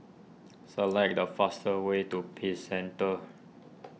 select the faster way to Peace Centre